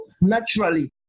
naturally